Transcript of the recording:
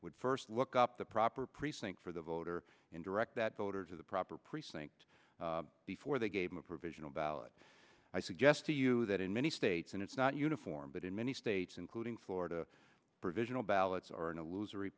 would first look up the proper precinct for the voter and direct that voter to the proper precinct before they gave him a provisional ballot i suggest to you that in many states and it's not uniform but in many states including florida provisional ballots are an